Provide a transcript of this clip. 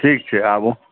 ठीक छै आबु